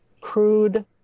crude